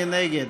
מי נגד?